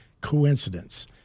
coincidence